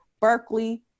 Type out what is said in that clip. berkeley